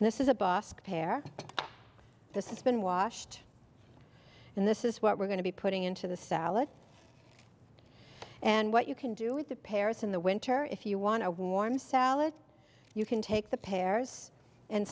this is a bust pair this has been washed and this is what we're going to be putting into the salad and what you can do with the paris in the winter if you want a warm salad you can take the pears and